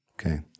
Okay